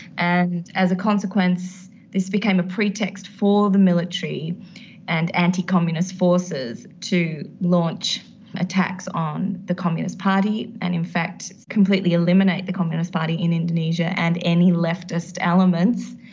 and as a consequence, this became a pretext for the military and anti-communist forces to launch attacks on the communist party and, in fact, completely eliminate the communist party in indonesia and any leftist elements.